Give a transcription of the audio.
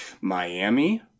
Miami